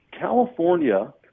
California